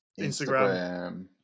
Instagram